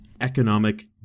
economic